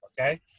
okay